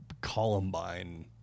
Columbine